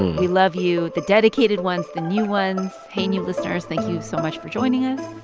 we love you the dedicated ones, the new ones. hey, new listeners. thank you so much for joining us.